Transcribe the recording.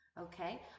okay